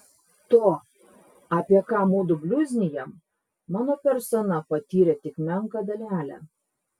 to apie ką mudu bliuznijam mano persona patyrė tik menką dalelę